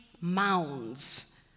mounds